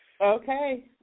okay